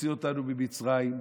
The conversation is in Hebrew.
מוציא אותנו ממצרים,